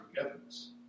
forgiveness